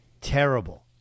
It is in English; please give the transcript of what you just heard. Terrible